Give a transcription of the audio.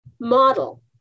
model